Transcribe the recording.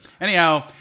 Anyhow